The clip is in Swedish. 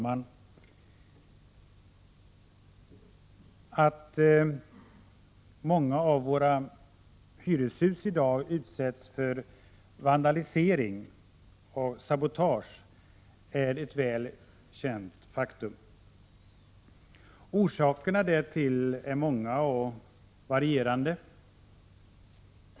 Fru talman! Att många hyreshus i dag utsätts för vandalisering och sabotage är ett väl känt faktum. Orsakerna därtill är många och varierande.